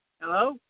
Hello